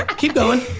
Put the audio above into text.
keep going.